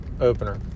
opener